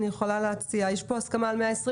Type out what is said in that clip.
יש פה הסכמה על 120 ימים?